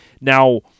Now